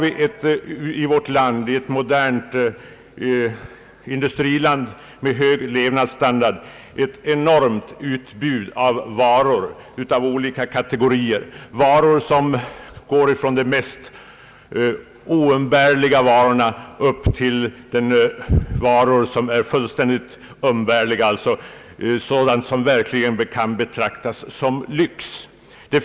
I vårt land, ett modernt industriland med hög levnadsstandard, finns ett enormt utbud av varor av olika kategorier, från de mest oumbärliga till varor som är helt umbärliga och som kan betraktas som lyx.